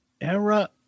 era